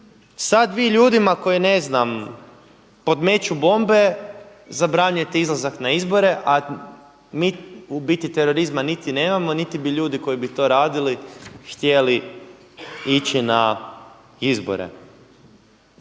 Sad vi ljudima koji ne znam podmeću bombe zabranjujete izlazak na izbore, a mi u biti terorizma niti nemamo niti bi ljudi koji bi to radili htjeli ići na izbore.